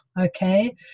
okay